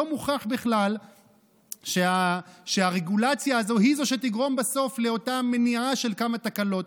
לא מוכח בכלל שהרגולציה הזאת היא שתגרום בסוף לאותה מניעה של כמה תקלות.